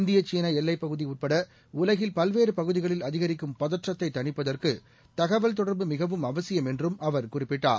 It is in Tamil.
இந்திய சீனஎல்லைப்பகுதிஉட்படஉலகில் பல்வேறுபகுதிகளில் அதிகரிக்கும் பதற்றத்தைதணிப்பதற்குதகவல் தொடர்பு மிகவும் அவசியம் என்றும் அவர் குறிப்பிட்டார்